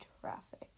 traffic